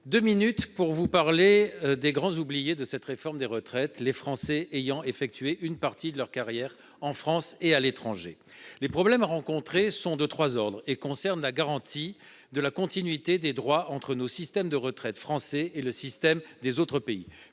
de minutes pour vous parler des grands oubliés de cette réforme des retraites, les Français ayant effectué une partie de leur carrière en France et à l'étranger. Les problèmes rencontrés sont de 3 ordres et concerne la garantie de la continuité des droits entre nos systèmes de retraite français et le système des autres pays.